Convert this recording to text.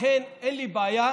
לכן, אין לי בעיה